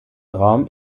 raum